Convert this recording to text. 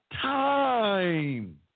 time